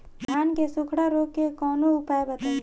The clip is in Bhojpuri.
धान के सुखड़ा रोग के कौनोउपाय बताई?